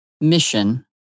mission